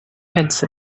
hence